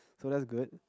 so that's good